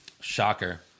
Shocker